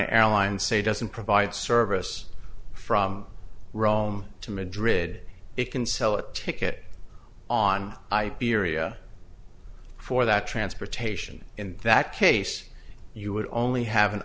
airlines say doesn't provide service from rome to madrid they can sell a ticket on i peer ia for that transportation in that case you would only have an